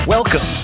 Welcome